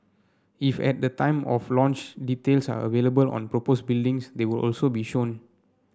if at the time of launch details are available on propose buildings they will also be shown